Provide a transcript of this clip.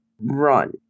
Run